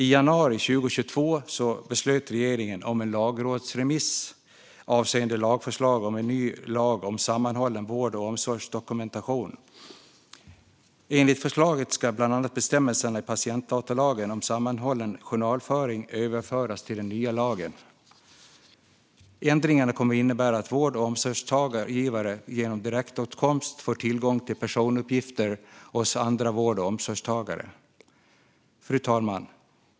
I januari 2022 beslutade regeringen om en lagrådsremiss avseende förslag om en ny lag om sammanhållen vård och omsorgsdokumentation. Enligt förslaget ska bland annat bestämmelserna i patientdatalagen om sammanhållen journalföring överföras till den nya lagen. Ändringarna kommer att innebära att vård och omsorgsgivare genom direktåtkomst får tillgång till personuppgifter hos andra vård och omsorgsgivare. Fru talman!